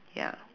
ya